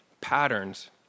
patterns